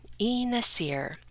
E-Nasir